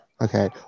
Okay